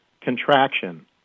contraction